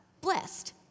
blessed